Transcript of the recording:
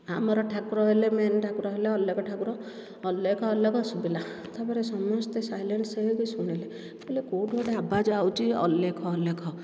ଆମର ଠାକୁର ହେଲେ ମେନ ଠାକୁର ହେଲେ ଅଲେଖ ଠାକୁର ଅଲେଖ ଅଲେଖ ଶୁଭିଲା ତାପରେ ସମସ୍ତେ ସାଇଲେନ୍ସ ହେଇକି ଶୁଣିଲେ କୋଉଠି ଗୋଟେ ଆବାଜ ଆଉଛି ଅଲେଖ ଅଲେଖ